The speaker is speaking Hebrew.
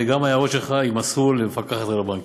וגם ההערות שלך יימסרו למפקחת על הבנקים.